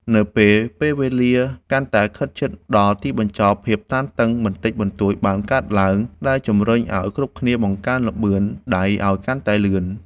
នៅពេល ពេលវេលាកាន់តែខិតជិតដល់ទីបញ្ចប់ ភាពតានតឹងបន្តិចបន្តួចបានកើតឡើង ដែលជម្រុញឱ្យគ្រប់គ្នាបង្កើនល្បឿនដៃឱ្យកាន់តែលឿន។